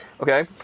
okay